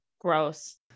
Gross